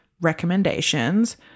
recommendations